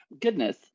Goodness